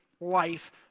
life